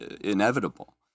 inevitable